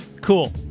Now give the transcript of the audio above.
cool